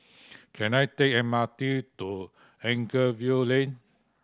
can I take M R T to Anchorvale Lane